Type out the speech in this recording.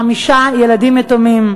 חמישה ילדים יתומים.